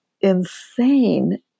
insane